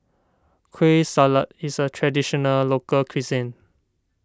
Kueh Salat is a Traditional Local Cuisine